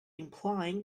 implying